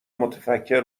متفکر